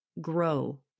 grow